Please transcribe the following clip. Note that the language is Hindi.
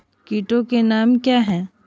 कीटों के नाम क्या हैं?